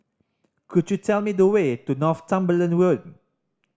could you tell me the way to Northumberland Road